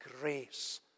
grace